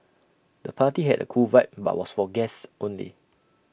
the party had A cool vibe but was for guests only